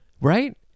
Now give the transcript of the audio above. Right